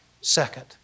second